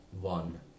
one